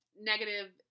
Negative